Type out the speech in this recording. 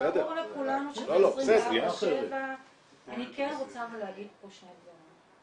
ברור לכולנו שזה 24/7. אני כן רוצה להגיד פה שני דברים.